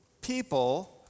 people